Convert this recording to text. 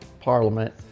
Parliament